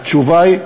התשובה היא: